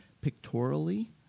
pictorially